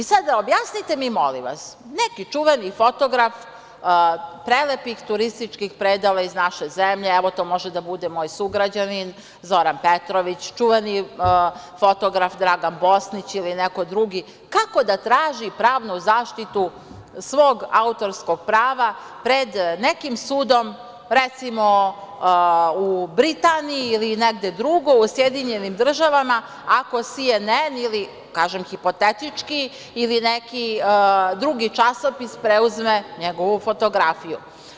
Objasnite mi sada, molim vas, neki čuveni fotograf, prelepih turističkih predela iz naše zemlje, evo to može da bude moj sugrađanin, Zoran Petrović, čuveni fotograf Dragan Bosnić ili neko drugi, kako da traži pravnu zaštitu svog autorskog prava pred nekim sudom, recimo u Britaniji ili negde drugo, u SAD, ako SNN, kažem hipotetički, ili neki drugi časopis preuzme njegovu fotografiju?